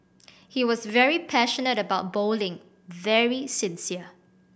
he was very passionate about bowling very sincere